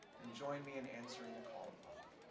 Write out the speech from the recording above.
and join me in answering the call of love.